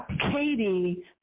Katie